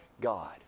God